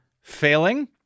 failing